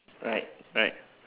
right right